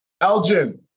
Elgin